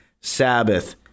Sabbath